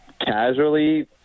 casually